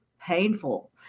painful